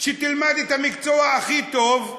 שתלמד את המקצוע הכי טוב,